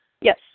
Yes